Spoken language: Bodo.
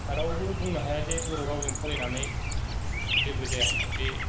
रावबो बुंनो हायाजे बर' रावजों फरायनानै जेबो जाया होननाय बे